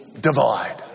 divide